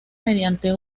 mediante